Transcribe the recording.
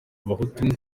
abahutu